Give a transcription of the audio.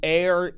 air